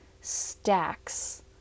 stacks